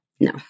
No